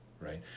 right